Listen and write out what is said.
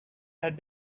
had